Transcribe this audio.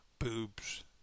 Boobs